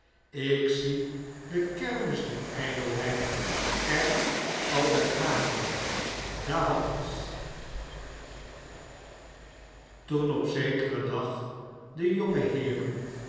ik zie de kermis der ijdelheid er al bij gapen d'avance toen op zekeren dag de